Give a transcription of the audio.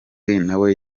nawe